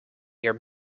your